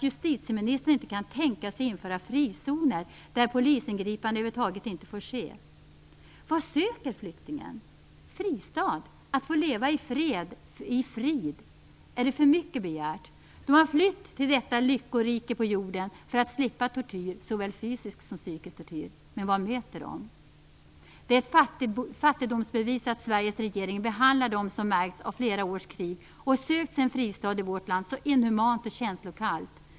Justitieministern kan inte tänka sig att införa frizoner där polisingripanden över huvud taget inte får ske. Vad söker flyktingen? En fristad. Att få leva i fred och i frid. Är det för mycket begärt? De har flytt till detta lyckorike på jorden för att slippa tortyr, såväl fysisk som psykisk. Men vad möter de? Det är ett fattigdomsbevis att Sveriges regering så inhumant och känslokallt behandlar dem som märkts av flera års krig och sökt sig en fristad i vårt land.